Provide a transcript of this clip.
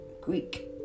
Greek